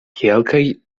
kelkaj